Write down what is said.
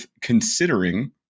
considering